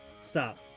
stop